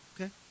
Okay